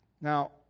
Now